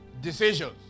decisions